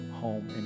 home